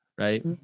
Right